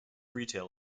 retail